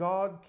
God